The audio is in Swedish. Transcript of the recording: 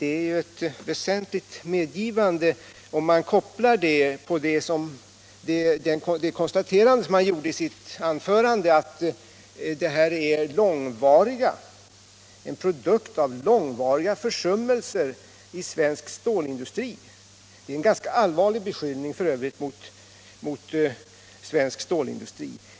Det är ett väsentligt medgivande, som kan kopplas till det konstaterande som han gjorde i sitt anförande, nämligen att situationen är en produkt av långvariga försummelser i svensk stålindustri — en ganska allvarlig beskyllning f.ö. mot svensk stålindustri.